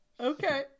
Okay